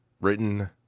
written